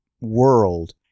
world